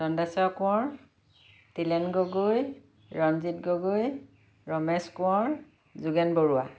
Dandeswar Konwar Tilen Gogoi Ranjit Gogoi Ramesh Konwar Jogen Barua